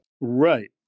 Right